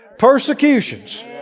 persecutions